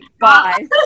Bye